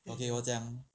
okay 我讲